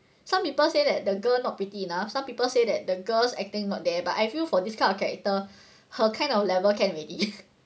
some people say that the girl not pretty enough some people say that the girl's acting not there but I feel for this kind of character her kind of level can already